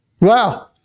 Wow